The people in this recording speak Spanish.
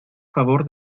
favor